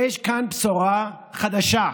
יש כאן בשורה חדשה: